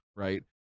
Right